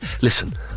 Listen